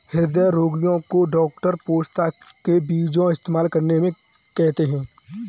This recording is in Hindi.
हृदय रोगीयो को डॉक्टर पोस्ता के बीजो इस्तेमाल करने को कहते है